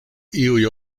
iuj